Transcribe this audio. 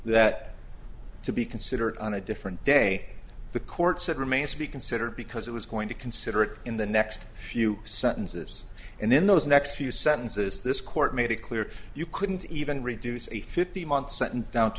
that to be considered on a different day the court said remains to be considered because it was going to consider it in the next few sentences and in those next few sentences this court made it clear you couldn't even reduce a fifty month sentence down to